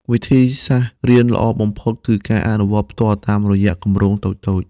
វិធីសាស្ត្ររៀនល្អបំផុតគឺការអនុវត្តផ្ទាល់តាមរយៈគម្រោងតូចៗ។